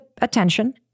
attention